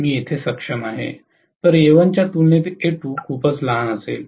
तर A1 च्या तुलनेत A2 खूपच लहान असेल